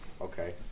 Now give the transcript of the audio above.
Okay